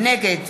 נגד